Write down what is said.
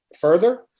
further